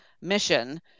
mission